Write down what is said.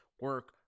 work